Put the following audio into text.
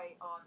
on